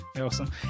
awesome